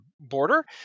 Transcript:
border